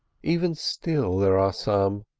even still there are some,